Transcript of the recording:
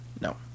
no